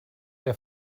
der